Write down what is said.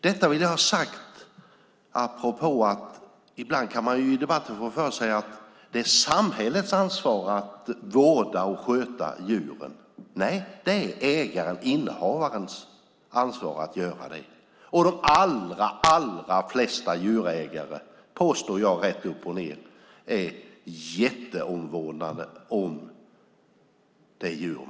Detta vill jag ha sagt för att man ibland i debatten kan få för sig att det är samhällets ansvar att vårda och sköta djuren. Så är det inte; det är ägarens ansvar. Jag påstår att de allra flesta djurägare verkligen vårdar sina djur.